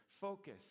Focus